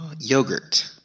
Yogurt